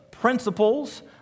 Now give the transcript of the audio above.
principles